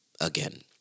again